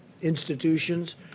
institutions